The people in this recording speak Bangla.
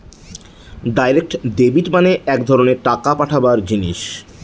ডাইরেক্ট ডেবিট মানে এক ধরনের টাকা পাঠাবার জিনিস